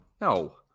No